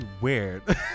weird